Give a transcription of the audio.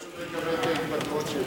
יכול להיות שהוא לא יקבל את ההתפטרות שלו.